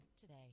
today